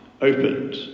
opened